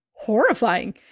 horrifying